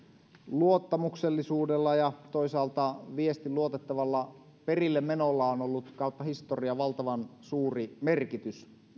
luottamuksellisuudella ja toisaalta viestin luotettavalla perillemenolla on ollut kautta historian valtavan suuri merkitys